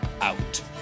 out